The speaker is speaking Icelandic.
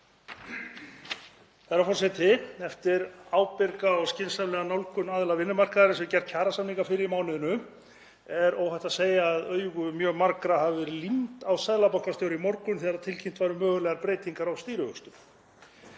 Herra forseti. Eftir ábyrga og skynsamlega nálgun aðila vinnumarkaðarins við gerð kjarasamninga fyrr í mánuðinum er óhætt að segja að augu mjög margra hafi verið límd á seðlabankastjóra í morgun þegar tilkynnt var um mögulegar breytingar á stýrivöxtum.